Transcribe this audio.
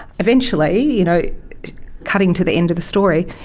eventually, you know cutting to the end of the story,